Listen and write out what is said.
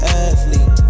athlete